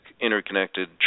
interconnected